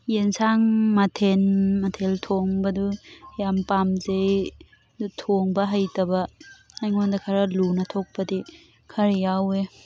ꯌꯦꯟꯁꯥꯡ ꯃꯊꯦꯟ ꯃꯊꯦꯜ ꯊꯣꯡꯕꯗꯨ ꯌꯥꯝ ꯄꯥꯝꯖꯩ ꯑꯗꯨ ꯊꯣꯡꯕ ꯍꯩꯇꯕ ꯑꯩꯉꯣꯟꯗ ꯈꯔ ꯂꯨꯅ ꯊꯣꯛꯄꯗꯤ ꯈꯔ ꯌꯥꯎꯋꯦ